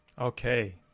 okay